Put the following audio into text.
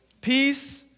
peace